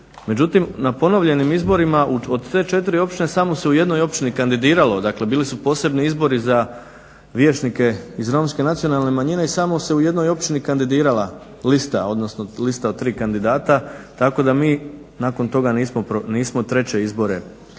Međutim na ponovljenim izborima od te 4 općine samo se u jednoj općini kandidiralo, dakle bili su posebni izbori za vijećnike iz Romske nacionalne manjine i samo se u jednoj općini kandidirala lista odnosno lista od tri kandidata tako da mi nismo treće izbore